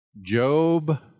Job